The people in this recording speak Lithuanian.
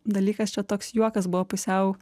dalykas čia toks juokas buvo pusiau